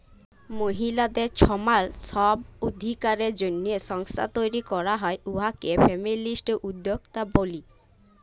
মহিলাদের ছমাল ছব অধিকারের জ্যনহে সংস্থা তৈরি ক্যরা হ্যয় উয়াকে ফেমিলিস্ট উদ্যক্তা ব্যলি